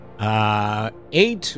Eight